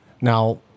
Now